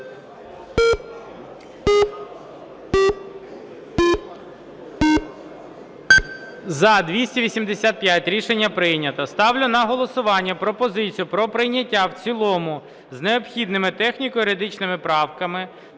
За-285 Рішення прийнято. Ставлю на голосування пропозицію про прийняття в цілому з необхідними техніко-юридичними правками